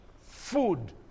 food